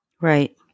right